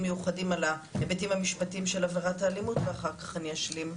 מיוחדים על ההיבטים המשפטיים של עבירת האלימות ואחר כך אני אשלים.